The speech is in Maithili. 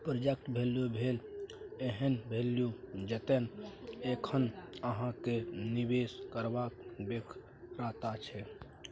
प्रेजेंट वैल्यू भेल एहन बैल्यु जतय एखन अहाँ केँ निबेश करबाक बेगरता छै